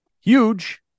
huge